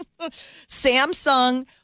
Samsung